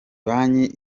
banki